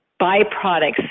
byproducts